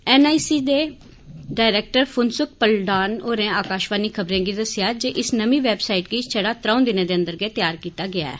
N I C दे director Phunsuk Paldan होरें आकाशवाणी खबरें गी दस्सेआ जे इस नमीं वैबसाईट गी छड़ा त्रौं दिनें दे अंदर अंदर तैयार कीता गेआ ऐ